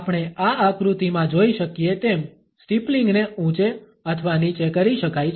આપણે આ આકૃતિમાં જોઈ શકીએ તેમ સ્ટીપલિંગને ઊંચે અથવા નીચે કરી શકાય છે